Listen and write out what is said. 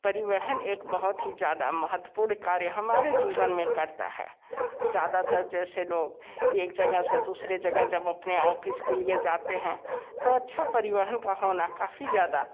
परिवहन एक बहुत ही ज़्यादा महत्वपूर्ण कार्य हमारे जीवन में करता है ज़्यादातर जैसे लोग एक जगह से दूसरे जगह जब अपने ऑफिस के लिए जाते हैं तो अच्छा परिवहन का होना काफ़ी ज़्यादा